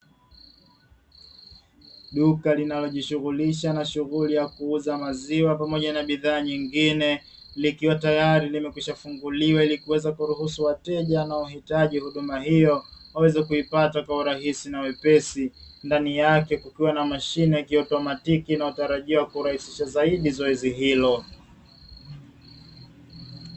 Duka linalojihusisha na shughuli ya kuuza maziwa pamoja na bidhaa nyingine, likiwa tayari limekwisha funguliwa ili kuweza kuwaruhusu wateja wanaohitaji huduma hiyo, waweze kuipata kiurahisi na wepesi ndani yake kukiwa na mashine ya kiotomatiki inayotarajiwa kurahisisha zoezi hilo.